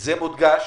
זה מודגש,